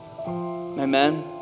Amen